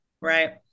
Right